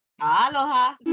aloha